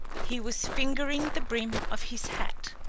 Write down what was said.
he was fingering the brim of his hat.